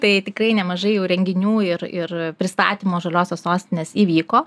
tai tikrai nemažai jau renginių ir ir pristatymo žaliosios sostinės įvyko